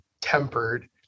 tempered